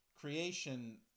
Creation